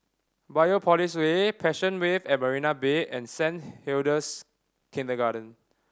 Biopolis Way Passion Wave at Marina Bay and Saint Hilda's Kindergarten